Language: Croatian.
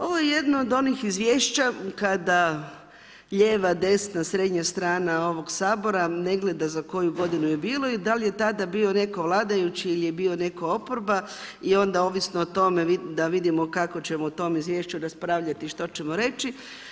Ovo je jedno od onih izvješća kada lijeva, desna, srednja strana ovog Sabora ne gleda za koju godinu je bilo i da li je tada bio netko vladajući ili je bio netko oporba i onda ovisno o tome da vidimo kako ćemo o tom izvješću raspravljati i što ćemo reći.